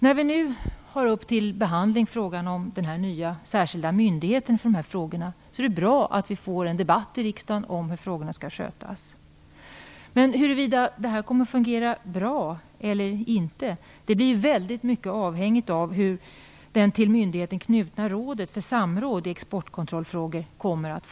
När vi nu har uppe till behandling just frågan om den nya särskilda myndigheten för dessa frågor är det bra att vi i riksdagen får en debatt om hur frågorna skall skötas. Men huruvida detta kommer att fungera bra eller inte blir i hög grad avhängigt av hur det till myndigheten knutna rådet för samråd i exportkontrollfrågor fungerar.